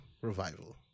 Revival